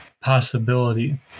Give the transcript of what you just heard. possibility